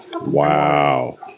Wow